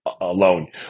alone